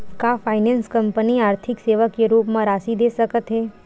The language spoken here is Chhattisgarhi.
का फाइनेंस कंपनी आर्थिक सेवा के रूप म राशि दे सकत हे?